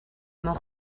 mewn